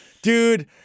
Dude